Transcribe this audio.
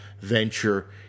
venture